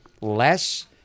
less